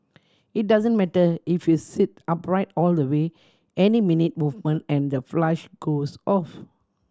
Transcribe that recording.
it doesn't matter if you sit upright all the way any minute movement and the flush goes off